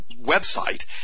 website